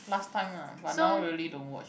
last time lah but now really don't watch